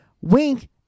Wink